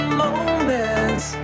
moments